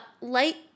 light